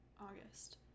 august